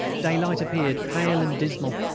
daylight appeared, pale and dismal.